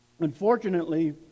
Unfortunately